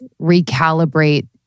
recalibrate